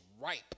ripe